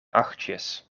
achtjes